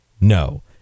No